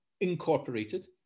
incorporated